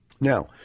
Now